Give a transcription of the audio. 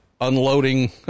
unloading